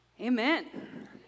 Amen